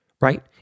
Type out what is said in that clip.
right